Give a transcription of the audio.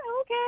okay